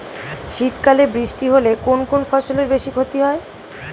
শীত কালে বৃষ্টি হলে কোন কোন ফসলের বেশি ক্ষতি হয়?